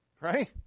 Right